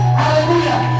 hallelujah